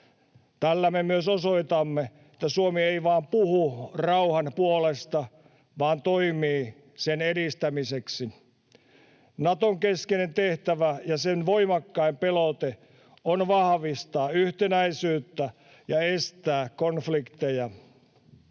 Tällä me myös osoitamme, että Suomi ei vain puhu rauhan puolesta vaan toimii sen edistämiseksi. Naton keskeinen tehtävä ja sen voimakkain pelote on vahvistaa yhtenäisyyttä ja estää konflikteja.